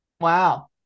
Wow